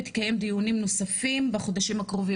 ותקיים דיונים נוספים בחודשים הקרובים.